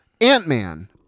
Ant-Man